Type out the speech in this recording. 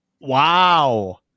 Wow